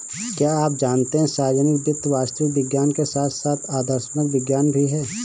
क्या आप जानते है सार्वजनिक वित्त वास्तविक विज्ञान के साथ साथ आदर्शात्मक विज्ञान भी है?